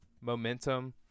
momentum